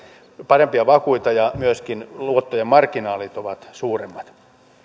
parempia vakuuksia ja myöskin luottojen marginaalit ovat suuremmat